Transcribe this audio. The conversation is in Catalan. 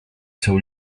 seu